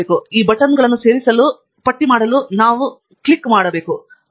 ನಂತರ ಈ ಬಟನ್ಗಳನ್ನು ಸೇರಿಸಲು ಪಟ್ಟಿ ಮಾಡಲು ನಾವು ಕ್ಲಿಕ್ ಮಾಡಿದಾಗ ನಮ್ಮ ಪಟ್ಟಿ ಬೇಕು